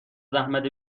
زحمت